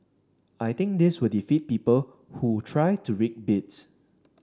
I think this will defeat people who try to rig bids